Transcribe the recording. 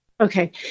okay